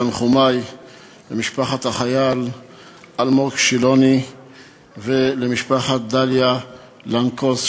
תנחומי למשפחת החייל אלמוג שילוני ולמשפחתה של דליה למקוס,